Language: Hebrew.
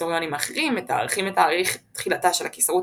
היסטוריונים אחרים מתארכים את תאריך תחילתה של הקיסרות